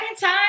time